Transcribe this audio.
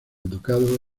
ducado